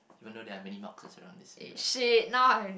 even though they are really not considered on this areas